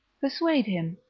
persuade him,